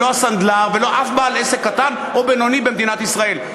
ולא הסנדלר ולא אף בעל עסק קטן או בינוני במדינת ישראל.